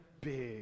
big